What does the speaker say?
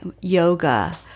yoga